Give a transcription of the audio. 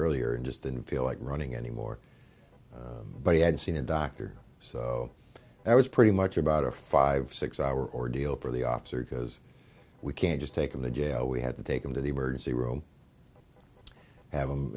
earlier and just didn't feel like running anymore but he had seen a doctor so that was pretty much about a five six hour ordeal for the officer because we can't just take him to jail we had to take him to the emergency room have